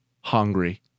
hungry